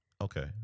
Okay